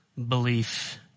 belief